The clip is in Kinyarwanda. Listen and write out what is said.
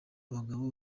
abagabo